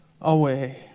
away